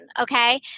Okay